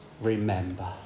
remember